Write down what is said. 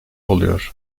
oluyor